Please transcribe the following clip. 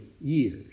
years